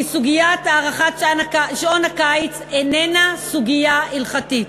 כי סוגיית הארכת שעון הקיץ איננה סוגיה הלכתית.